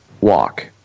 walk